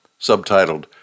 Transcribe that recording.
Subtitled